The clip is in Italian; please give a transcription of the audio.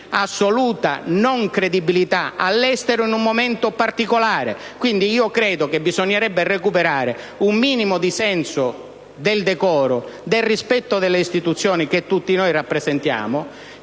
assoluta non credibilità all'estero in un momento particolare. Credo pertanto che bisognerebbe recuperare un minimo di senso del decoro e del rispetto delle istituzioni che tutti noi rappresentiamo.